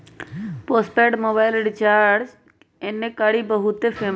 postpaid mobile recharge एन्ने कारि बहुते फेमस हई